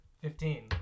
Fifteen